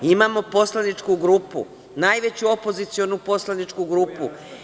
Imamo poslaničku grupu, najveću opozicionu poslaničku grupu.